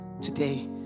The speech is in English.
Today